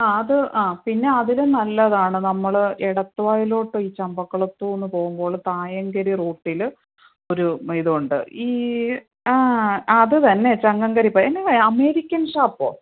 ആ അത് ആ പിന്നെ അതിലും നല്ലതാണ് നമ്മൾ എടത്തുവായിലോട്ട് ഈ ചമ്പക്കുളത്തൂന്ന് പോകുമ്പോൾ തായങ്കരി റൂട്ടിൽ ഒരു ഇതുണ്ട് ഈ ആ അതുതന്നെ ചന്തംകരിപ്പ് എന്നാതാ അത് അമേരിക്കൻ ഷാപ്പോ